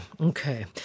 Okay